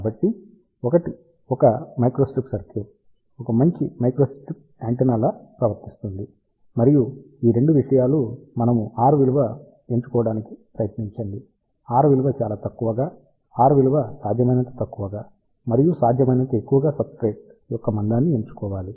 కాబట్టి ఒక microstrip circuit ఒక మంచి మైక్రోస్ట్రిప్ యాంటెన్నా లా ప్రవర్తిస్తుంది మరియు ఈ 2 విషయాలు మనము r విలువ ఎంచుకోవడానికి ప్రయత్నించండి r విలువ చాలా తక్కువగా r విలువ సాధ్యమైనంత తక్కువగా మరియు సాధ్యమైనంత ఎక్కువగా సబ్స్ట్రేట్ యొక్క మందాన్ని ఎంచుకోవాలి